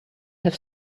have